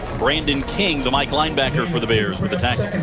brandon king the like linebacker for the bears with the tackle.